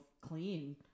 clean